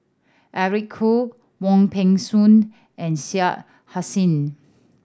Eric Khoo Wong Peng Soon and Shah Hussain